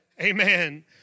Amen